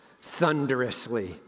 thunderously